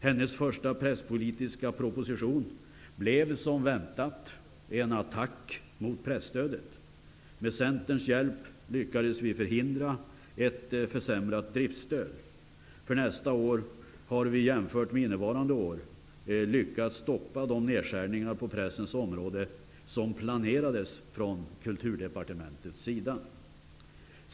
Hennes första presspolitiska proposition blev som väntat en attack mot presstödet. Med Centerns hjälp lyckades vi socialdemokrater att förhindra ett försämrat driftsstöd. För nästa år har vi, jämfört med innevarande år, lyckats stoppa de nedskärningar på pressens område som planerades från Kulturdepartementets sida.